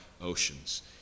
oceans